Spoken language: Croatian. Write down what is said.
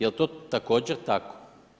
Jel' to također tako?